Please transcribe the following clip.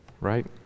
right